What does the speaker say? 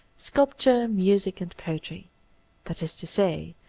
sculpture, music, and poetry that is to say,